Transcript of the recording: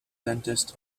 dentist